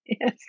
yes